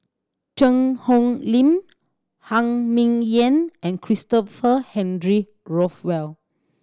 Cheang Hong Lim Phan Ming Yen and Christopher Henry Rothwell